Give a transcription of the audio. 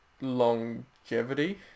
longevity